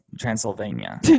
Transylvania